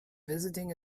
visiting